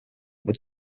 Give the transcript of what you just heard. would